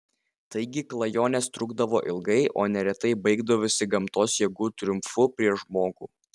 taigi klajonės trukdavo ilgai o neretai baigdavosi gamtos jėgų triumfu prieš žmogų